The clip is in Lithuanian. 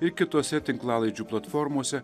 ir kitose tinklalaidžių platformose